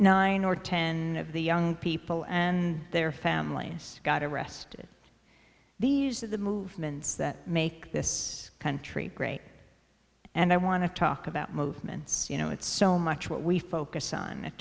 nine or ten of the young people and their families got arrested these are the movements that make this country great and i want to talk about movements you know it's so much what we focus on